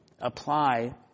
apply